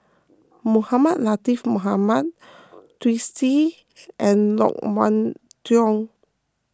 Mohamed Latiff Mohamed Twisstii and Loke Wan Tho